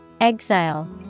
Exile